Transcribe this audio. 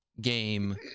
game